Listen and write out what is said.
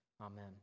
Amen